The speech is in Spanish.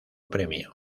premio